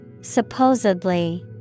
Supposedly